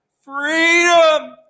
freedom